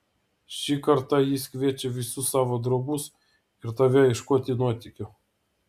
šį kartą jis kviečia visus savo draugus ir tave ieškoti nuotykių